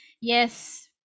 yes